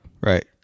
Right